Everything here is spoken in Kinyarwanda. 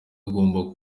ugomba